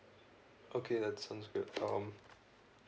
okay that's sounds good um